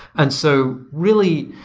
and so, really,